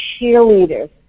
cheerleaders